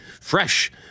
fresh